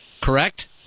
correct